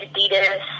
Adidas